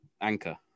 Anchor